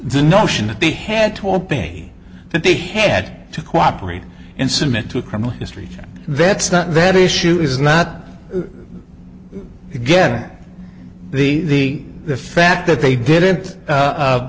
the notion that they had told me that they had to cooperate and submit to a criminal history that's not their issue is not again the the fact that they didn't